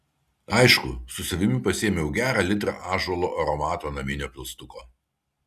aišku su savimi pasiėmiau gerą litrą ąžuolo aromato naminio pilstuko